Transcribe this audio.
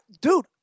Dude